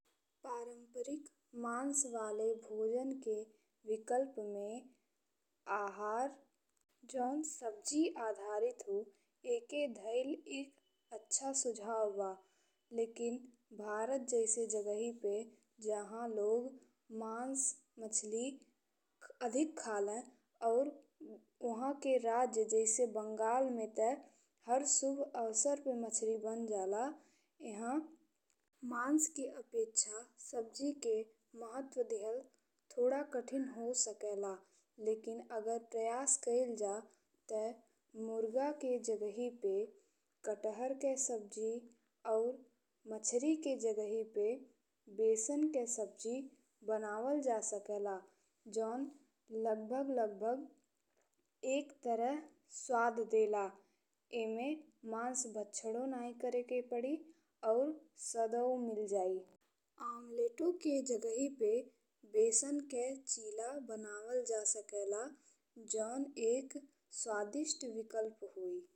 पारंपरिक माँस वाले भोजन के विकल्प में आहार जौन सब्जी आधारित हो एके धईल एक अच्छा सुझाव बा लेकिन भारत जैसे जगही पे जहाँ लोग माँस, मछली अधिक खाले और ओहाके राज्य जैसे बंगाल में ते हर शुभ अवसर पे मछरी बन जाला। एहा माँस के अपेक्षा सब्जी के महत्व दिहल थोड़ा कठिन हो सकेला। लेकिन अगर प्रयास कइली जा ते मुर्गा के जगहि पे कटहल के सब्जी और मछरी के जगहि पे बेसन के सब्जी बनावल जा सकेला जौन लगभग लगभग एक तरह स्वाद देला। एहमें माँस भक्षणो नहीं करेके पड़ी और स्वादो मिल जाई। आमलेटो के जगहि पे बेसन के चीला बनावल जा सकेला जौन एक स्वादिष्ट विकल्प होई।